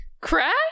Crash